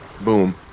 Boom